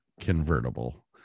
convertible